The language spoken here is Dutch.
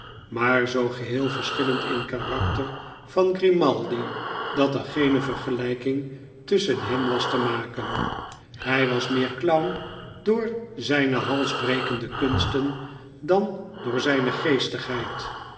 maar zoo geheel verschillend in karakter van grimaldi dat er geene vergelijking tusschen hen was te maken hij was meer clown door zijne halsbrekende kunsten dan door zijne